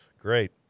Great